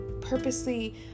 purposely